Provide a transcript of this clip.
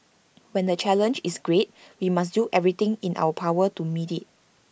while the challenge is great we must do everything in our power to meet IT